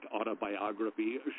autobiography